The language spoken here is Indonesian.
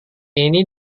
ini